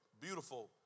beautiful